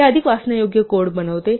हे अधिक वाचण्यायोग्य कोड बनवते